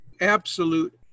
absolute